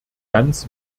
ganz